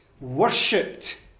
worshipped